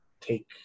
take